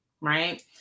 right